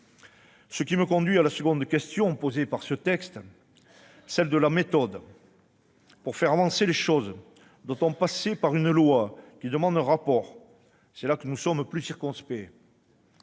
Cela me conduit à la seconde question soulevée par le texte : celle de la méthode. Pour faire avancer les choses, doit-on passer par une loi demandant un rapport ? C'est là que nous sommes plus circonspects.